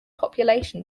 population